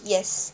yes